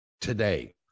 today